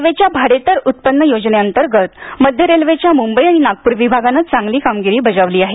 रेल्वेच्या भाडेतर उत्पन्न योजनेअंतर्गत मध्य रेल्वेच्या मुंबई आणि नागपूर विभागानं चांगली कामगिरी बजावली आहे